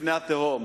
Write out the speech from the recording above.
לפני התהום,